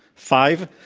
five,